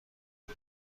بود